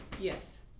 yes